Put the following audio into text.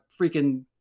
freaking